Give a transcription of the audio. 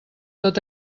tot